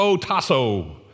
tasso